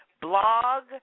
blog